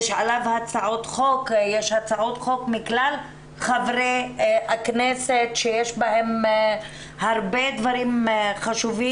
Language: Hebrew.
יש עליו הצעות חוק מכלל חברי הכנסת שיש בהן הרבה דברים חשובים.